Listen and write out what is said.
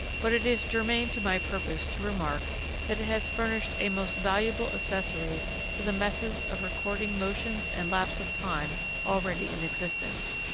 but it is germane to my purpose to remark that it has furnished a most valuable accessory to the methods of recording motions and lapse of time already in existence.